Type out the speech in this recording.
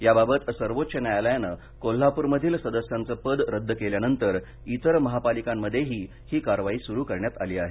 याबाबत सर्वोच्च न्यायालयाने कोल्हापूरमधील सदस्याचं पद रद्द केल्यानंतर इतर महापालिकांमधेही ही कारवाई सुरू करण्यात आली आहे